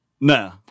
No